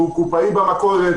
שהוא קופאי במכולת,